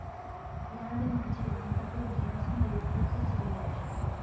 ప్యాడ నుంచి వంటకు గ్యాస్ ను ఉత్పత్తి చేయచ్చు